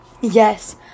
yes